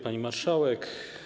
Pani Marszałek!